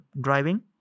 driving